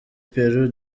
peru